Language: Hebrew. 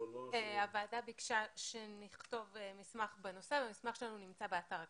הוועדה ביקשה שנכתוב מסמך בנושא והמסמך שלנו נמצא באתר הכנסת.